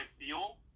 feel